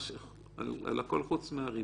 על הכול חוץ מהריבית.